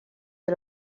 del